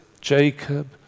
Jacob